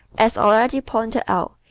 as already pointed out,